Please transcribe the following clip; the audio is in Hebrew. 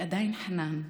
היא עדיין חנאן.